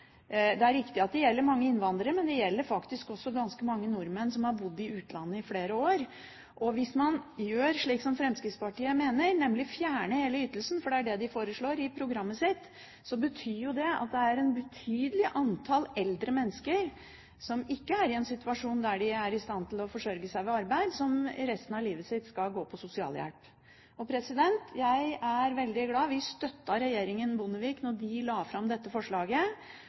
Det er riktig at det gjelder mange innvandrere, men det gjelder også ganske mange nordmenn som har bodd i utlandet i flere år. Hvis man gjør slik som Fremskrittspartiet vil, nemlig å fjerne hele ytelsen – det er det de foreslår i programmet sitt – betyr det at et betydelig antall eldre mennesker som er i en situasjon der de ikke er i stand til å forsørge seg gjennom arbeid, resten av livet vil måtte gå på sosialhjelp. Vi støttet regjeringen Bondevik da den la fram dette forslaget.